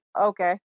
okay